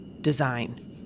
design